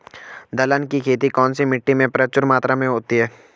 दलहन की खेती कौन सी मिट्टी में प्रचुर मात्रा में होती है?